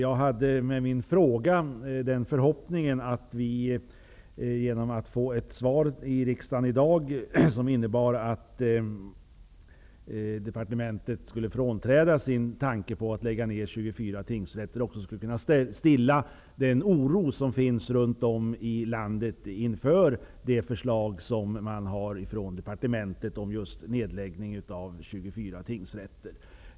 Med min fråga hade jag förhoppningen att i dag få ett svar som innebar att departementet skulle frångå sin tanke på att lägga ned 24 tingsrätter och därigenom kunna stilla den oro som finns runt om i landet inför departementets förslag om nedläggning av 24 tingsrätter.